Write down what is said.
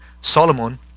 Solomon